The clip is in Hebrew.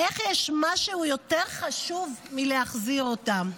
איך יש משהו יותר חשוב מלהחזיר אותה?